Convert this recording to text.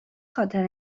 خاطر